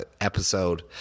episode